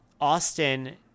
Austin